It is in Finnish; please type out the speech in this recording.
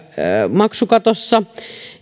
maksukatossa